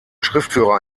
schriftführer